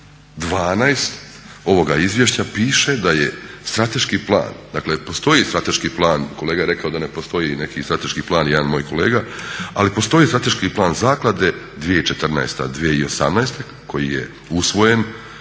12 ovoga izvješća piše da je strateški plan, dakle postoji strateški plan, kolega je rekao da ne postoji neki strateški plan, neki moj kolega, ali postoji strateški plan zaklade 2014.-2018. koji je usvojen